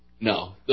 No